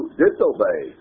disobey